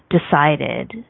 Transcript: decided